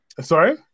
Sorry